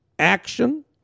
Action